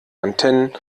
antennen